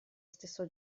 stesso